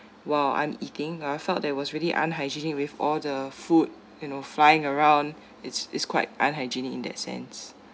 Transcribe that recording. while I'm eating I felt that was really unhygienic with all the food you know flying around its its quite unhygienic in that sense